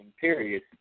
period